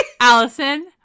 Allison